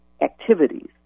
activities